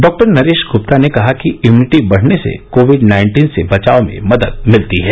डॉ नरेश ग्प्ता ने कहा कि इम्युनिटी बढ़ने से कोविड नाइन्टीन से बचाव में मदद मिलती है